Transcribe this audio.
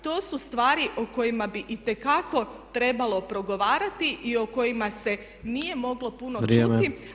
To su stvari o kojima bi itekako trebalo progovarati i o kojima se nije moglo puno čuti.